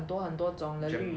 genmaicha